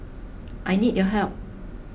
I need your help